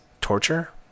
torture